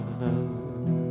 love